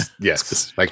yes